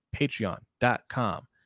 patreon.com